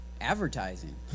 advertising